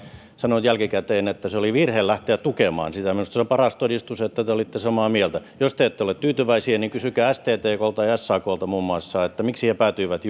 sanonut jälkikäteen että oli virhe lähteä tukemaan sitä minusta se on paras todistus että te olitte samaa mieltä jos te ette ole tyytyväisiä niin kysykää sttklta ja saklta muun muassa miksi he päätyivät